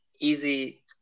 easy